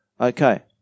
Okay